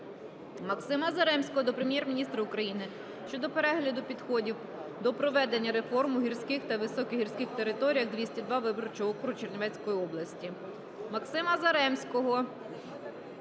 Максима Заремського до Прем'єр-міністра України щодо перегляду підходів до проведення реформ у гірських та високогірних територіях 202 виборчого округу Чернівецької області.